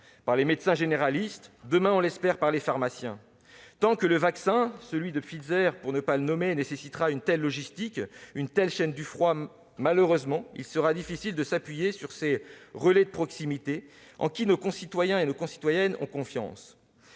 par les médecins généralistes et, demain, on l'espère, par les pharmaciens. Tant que le vaccin, celui de Pfizer pour ne pas le nommer, nécessitera une telle logistique et une telle chaîne du froid, malheureusement, il sera difficile de s'appuyer sur ces relais de proximité en lesquels nos concitoyennes et nos concitoyens ont confiance,